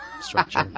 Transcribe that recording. structure